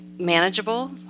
manageable